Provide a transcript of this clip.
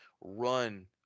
run